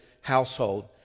household